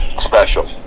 special